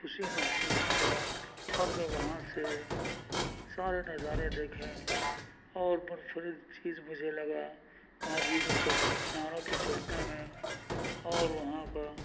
خوشی محسوس کیا اور میں وہاں سے سارے نظارے دیکھے اور منفرد چیز مجھے لگا وہاں زینے چڑھنے میناروں پہ چڑھنے میں اور وہاں کا